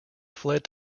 fled